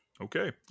Okay